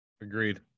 agreed